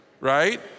right